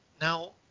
Now